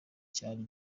cyari